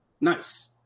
nice